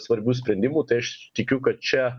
svarbių sprendimų tai aš tikiu kad čia